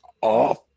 off